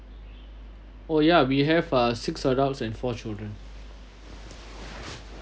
oh yeah we have uh six adults and for children